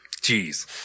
Jeez